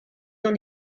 dans